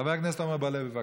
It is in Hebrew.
חבר הכנסת עמר בר-לב, בבקשה.